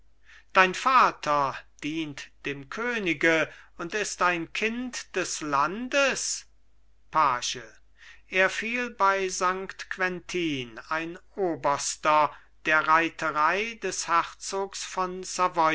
dein vater dient dem könige und ist ein kind des landes page er fiel bei saint quentin ein oberster der reiterei des herzogs von